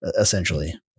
essentially